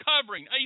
covering